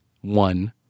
one